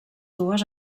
dues